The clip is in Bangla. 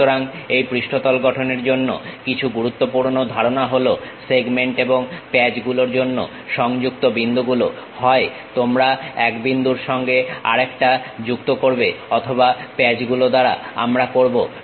সুতরাং এই পৃষ্ঠতল গঠনের জন্য কিছু গুরুত্বপূর্ণ ধারণা হলো সেগমেন্ট এবং প্যাচ গুলোর জন্য সংযুক্ত বিন্দুগুলো হয় তোমরা এক বিন্দুর সঙ্গে আর একটা যুক্ত করবে অথবা প্যাচগুলোর দ্বারা আমরা করবো